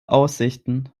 aussichten